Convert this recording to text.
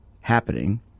happening